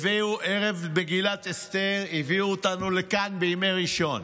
ערב מגילת אסתר, הביאו אותנו לכאן ביום ראשון.